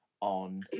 on